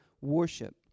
worship